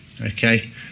Okay